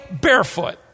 barefoot